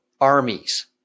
armies